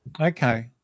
Okay